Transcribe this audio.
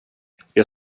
jag